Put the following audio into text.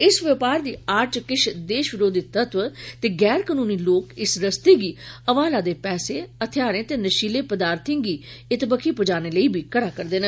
इस व्योपार दी आड़ च किच्छ देश विरोदी तत्व ते गैर कानूनी लोक इस रस्ते गी हवाला दे पैसे हथियारें ते नशीले पदार्थें गी पुजाने लेई करा रदे न